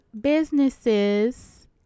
businesses